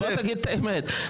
תגיד את האמת,